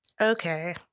Okay